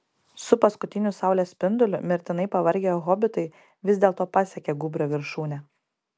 su paskutiniu saulės spinduliu mirtinai pavargę hobitai vis dėlto pasiekė gūbrio viršūne